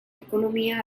ekonomia